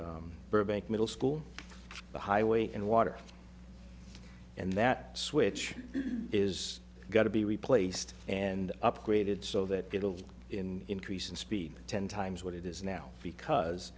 the burbank middle school the highway and water and that switch is got to be replaced and upgraded so that it'll be in increase in speed ten times what it is now because